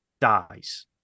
dies